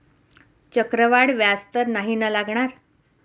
चक्रवाढ व्याज तर नाही ना लागणार?